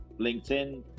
LinkedIn